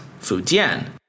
Fujian